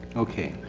okay.